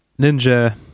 Ninja